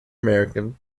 american